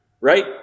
right